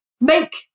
make